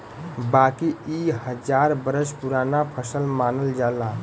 बाकी इ हजार बरस पुराना फसल मानल जाला